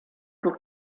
pour